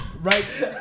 Right